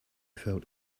felt